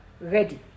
ready